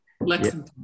Lexington